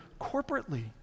corporately